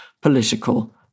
political